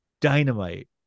dynamite